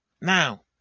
Now